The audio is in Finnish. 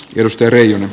justeeriin